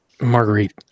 Marguerite